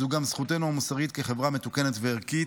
זו גם זכותנו המוסרית כחברה מתוקנת וערכית.